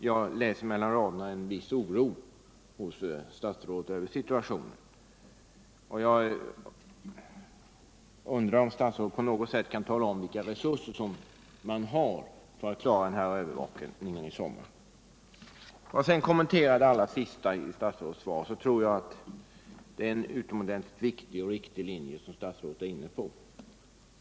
Jag läser mellan raderna en viss oro, och jag undrar om statsrådet på något sätt kan tala om vilka resurser man har för att klara trafikövervakningen i sommar. För att sedan kommentera det allra sista i svaret vill jag säga att jag tror att det är en utomordentligt viktig och riktig linje som statsrådet är inne på.